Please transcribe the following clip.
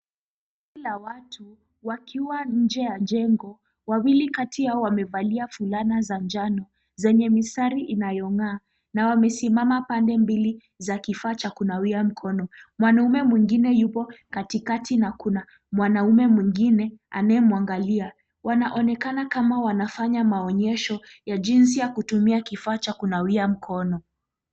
Kundi la watu wakiwa nje ya jengo, wawili kati yao wamevalia fulana za njano zenye mistari inayong'aa, na wamesimama pande mbili za kifaa cha kunawia mkono. Mwanaume mwingine yupo katikati, na kuna mwanaume mwingine anayemwangalia. Wanaonekana kama wanafanya maonyesho ya jinsi ya kutumia kifaa cha kunawia mkono.